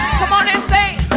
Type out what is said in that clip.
come on and say